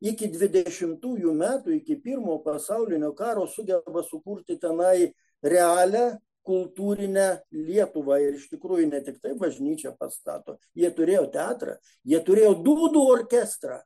iki dvidešimtųjų metų iki pirmo pasaulinio karo sugeba sukurti tenai realią kultūrinę lietuvą ir iš tikrųjų ne tiktai bažnyčią pastato jie turėjo teatrą jie turėjo dūdų orkestrą